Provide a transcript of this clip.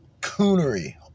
coonery